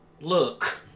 Look